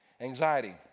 Anxiety